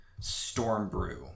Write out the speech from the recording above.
Stormbrew